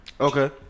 Okay